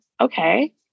Okay